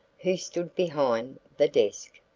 who stood behind the desk.